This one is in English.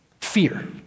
fear